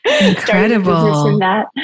Incredible